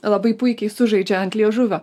labai puikiai sužaidžia ant liežuvio